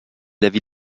l’avis